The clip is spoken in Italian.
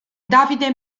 davide